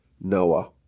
Noah